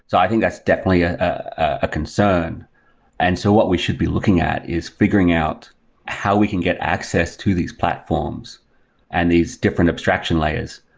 so i think that's definitely a ah concern and so what we should be looking at is figuring out how we can get access to these platforms and these different abstraction layers,